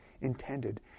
intended